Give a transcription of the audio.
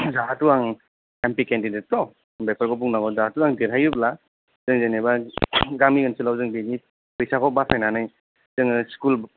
जाहाथे आं M P candidate थ' बेफोरखौ बुंनांगौ दा थ' जों देरहायोब्ला जों जेन'बा गामि ओनसोलाव जों बेनि फैसाखौ बासायनानै जोङो